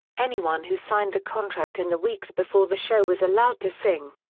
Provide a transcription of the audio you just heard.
anyone who signed the contract in the weeks before the show was allowed to sing.